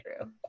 true